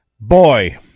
boy